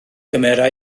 gymera